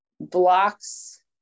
blocks